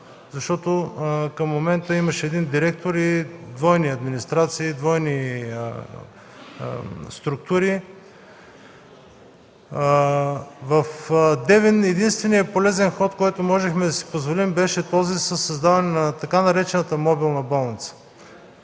факт. Към момента имаше един директор с двойни администрации и двойни структури. В Девин единственият полезен ход, който можехме да си позволим, беше този със създаване на така наречената „модулна болница”.